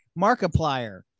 Markiplier